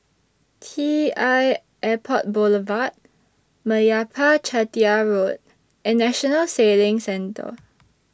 T L Airport Boulevard Meyappa Chettiar Road and National Sailing Centre